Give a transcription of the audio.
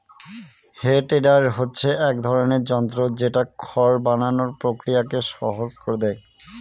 হে tedder হচ্ছে এক ধরনের যন্ত্র যেটা খড় বানানোর প্রক্রিয়াকে সহজ করে দেয়